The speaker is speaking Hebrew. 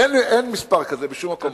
אין מספר כזה בשום מקום אחר.